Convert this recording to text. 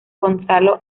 gonzalo